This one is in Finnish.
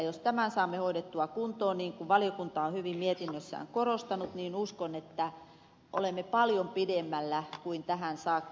jos tämän saamme hoidettua kuntoon niin kuin valiokunta on hyvin mietinnössään korostanut uskon että olemme paljon pidemmällä kuin tähän saakka